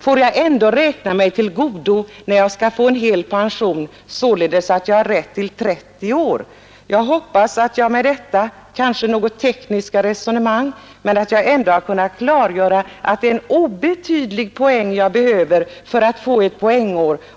får han ändå räkna sig till godo för att få hel pension efter 30 år. Jag hoppas att jag med detta kanske något tekniska resonemang kunnat klargöra att det är en obetydlig poäng man behöver för att få ett poängår.